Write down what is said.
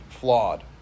flawed